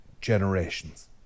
generations